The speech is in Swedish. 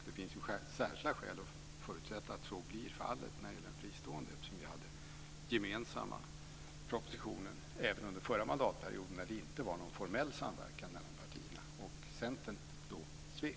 Det finns särskilda skäl att förutsätta att så blir fallet när det gäller fristående skolor, eftersom vi hade en gemensam syn även under förra mandatperioden då det inte var någon formell samverkan mellan partierna och då Centern svek.